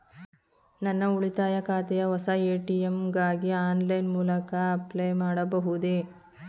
ನನ್ನ ಉಳಿತಾಯ ಖಾತೆಯ ಹೊಸ ಎ.ಟಿ.ಎಂ ಗಾಗಿ ಆನ್ಲೈನ್ ಮೂಲಕ ಅಪ್ಲೈ ಮಾಡಬಹುದೇ?